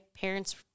parents